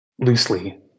loosely